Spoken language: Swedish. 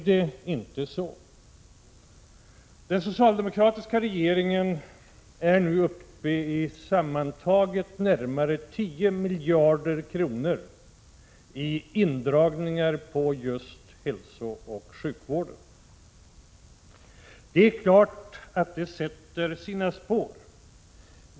Den socialdemokratiska regeringen har nu lagt fram förslag om indragningar inom hälsooch sjukvården på sammantaget närmare 10 miljarder kronor. Det sätter naturligtvis sina spår.